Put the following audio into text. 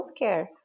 healthcare